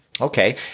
Okay